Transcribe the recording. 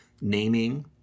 naming